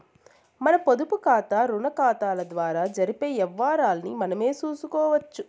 మన పొదుపుకాతా, రుణాకతాల ద్వారా జరిపే యవ్వారాల్ని మనమే సూసుకోవచ్చు